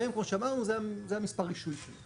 וכמו שאמרנו, זה מספר הרישוי שלהם.